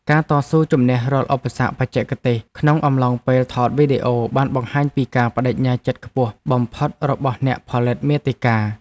ការតស៊ូជំនះរាល់ឧបសគ្គបច្ចេកទេសក្នុងអំឡុងពេលថតវីដេអូបានបង្ហាញពីការប្តេជ្ញាចិត្តខ្ពស់បំផុតរបស់អ្នកផលិតមាតិកា។